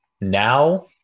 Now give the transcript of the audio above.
Now